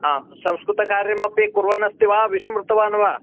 आं संस्कृतकार्यमपि कुर्वनस्ति वा विस्मृतवान् वा